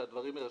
שהדברים יירשמו,